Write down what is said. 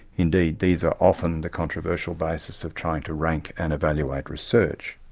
indeed these are often the controversial basis of trying to rank and evaluate research.